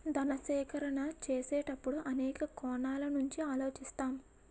ధన సేకరణ చేసేటప్పుడు అనేక కోణాల నుంచి ఆలోచిస్తాం